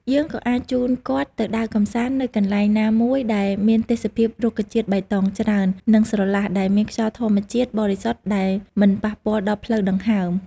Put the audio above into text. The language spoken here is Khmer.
យើងក៏អាចជូនគាត់ទៅដើរកម្សាន្តទៅកន្លែណាមួយដែលមានទេសភាពរុក្ខជាតិបៃតងច្រើន និងស្រឡះដែលមានខ្យល់ធម្មជាតិបរិសុទ្ធដែលមិនប៉ះពាល់ដល់ផ្លូវដង្ហើម។